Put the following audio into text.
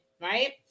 Right